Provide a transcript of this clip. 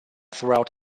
throughout